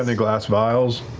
and glass vials,